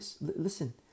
Listen